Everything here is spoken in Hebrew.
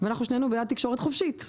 ואנחנו שנינו בעד תקשורת חופשית,